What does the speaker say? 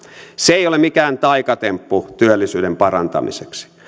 se ei ole mikään taikatemppu työllisyyden parantamiseksi